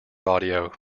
audio